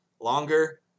longer